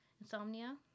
insomnia